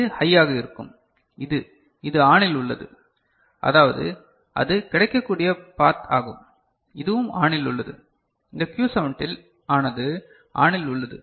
இது ஹையாக இருக்கும் இது இது ஆனில் உள்ளது அதாவது அது கிடைக்கக்கூடிய பாத் ஆகும் இதுவும் ஆனில் உள்ளது இந்த Q17 ஆனது ஆனில் உள்ளது